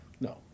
No